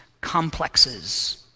complexes